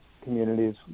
communities